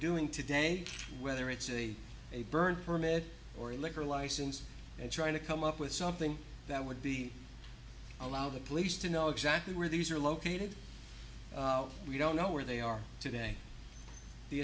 doing today whether it's a a burned permit or a liquor license and trying to come up with something that would be allow the police to know exactly where these are located we don't know where they are today the